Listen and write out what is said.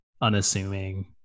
unassuming